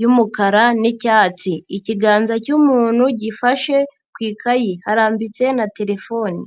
y'umukara n'icyatsi, ikiganza cy'umuntu gifashe ku ikayi, harambitse na telefone.